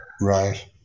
right